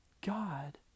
God